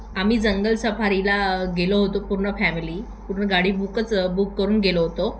आम्ही जंगल सफारीला गेलो होतो पूर्ण फॅमिली पूर्ण गाडी बुकच बुक करून गेलो होतो